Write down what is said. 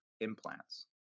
implants